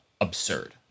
absurd